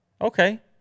Okay